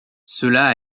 cela